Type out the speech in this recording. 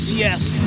Yes